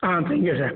ah thank you sir